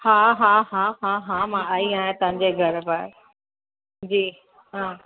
हा हा हा हा हा मां आई आहियां तव्हांजे घर बार जी हा